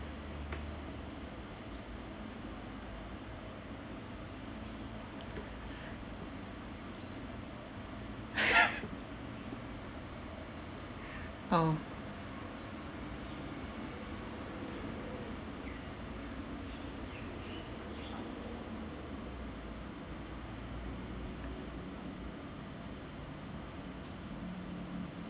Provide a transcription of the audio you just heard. orh